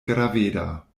graveda